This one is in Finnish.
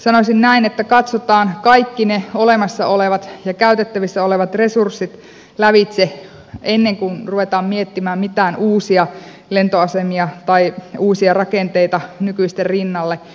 sanoisin näin että katsotaan kaikki ne olemassa olevat ja käytettävissä olevat resurssit lävitse ennen kuin ruvetaan miettimään mitään uusia lentoasemia tai uusia rakenteita nykyisten rinnalle